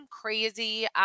crazy